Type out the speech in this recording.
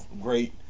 great